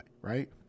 right